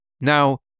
Now